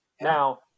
Now